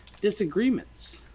disagreements